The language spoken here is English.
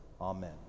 Amen